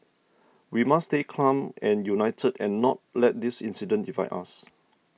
we must stay calm and united and not let this incident divide us